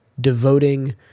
devoting